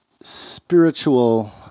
Spiritual